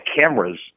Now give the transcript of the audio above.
cameras